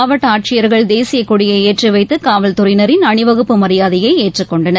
மாவட்டஆட்சியர்கள் தேசியகொடியைஏற்றிவைத்துகாவல்துறையினரின் அணிவகுப்பு மரியாதையைஏற்றுக்கொண்டனர்